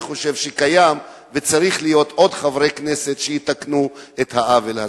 אני חושב שקיימים וצריכים להיות עוד חברי כנסת שיתקנו את העוול הזה.